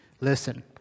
listen